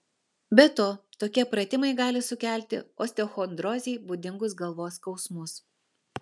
be to tokie pratimai gali sukelti osteochondrozei būdingus galvos skausmus